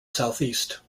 southeast